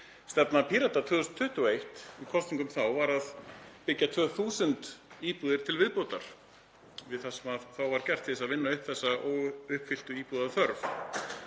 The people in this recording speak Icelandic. Stefna Pírata í kosningum 2021 var að byggja 2.000 íbúðir til viðbótar við það sem þá var gert til þess að vinna upp þessa óuppfylltu íbúðaþörf.